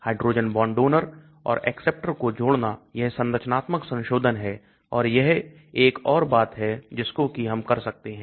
hydrogen bond donor और acceptor को जोड़ना यह संरचनात्मक संशोधन है और यह एक और बात है जिसको कि हम कर सकते हैं